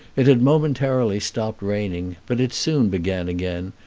it had momentarily stopped raining but it soon began again,